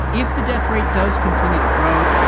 if the death rate does continue to grow,